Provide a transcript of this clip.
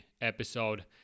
episode